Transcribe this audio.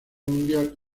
mundial